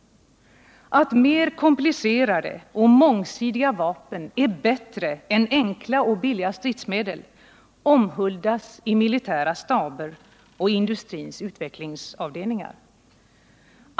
Att mer komplicerade och mångsidiga vapen är bättre än enkla och billiga stridsmedel omhuldas i militära staber och i industrins utvecklingsavdelningar.